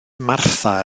martha